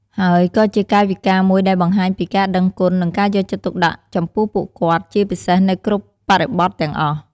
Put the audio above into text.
ហើយក៏ជាកាយវិការមួយដែលបង្ហាញពីការដឹងគុណ និងការយកចិត្តទុកដាក់ចំពោះពួកគាត់ ជាពិសេសនៅគ្រប់បរិបទទាំងអស់។